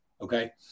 okay